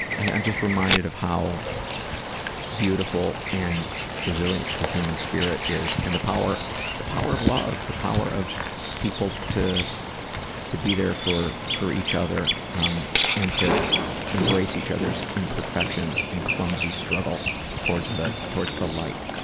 i'm just reminded of how beautiful and resilient the human spirit is and the power the power of love. the power of people to to be there for for each other um and to embrace each other's imperfections and clumsy struggle towards the towards the light.